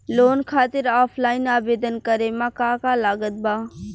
Loan खातिर offline आवेदन करे म का का लागत बा?